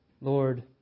Lord